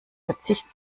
verzicht